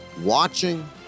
watching